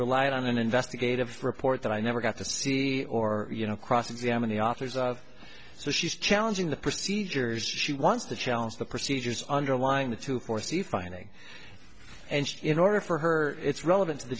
relied on an investigative report that i never got to see or you know cross examine the authors so she's challenging the procedures she wants to challenge the procedures underlying the to foresee finding and in order for her it's relevant t